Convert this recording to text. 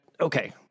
Okay